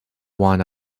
one